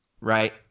right